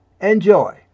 Enjoy